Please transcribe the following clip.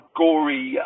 gory